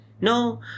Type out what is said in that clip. no